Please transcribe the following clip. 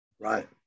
Right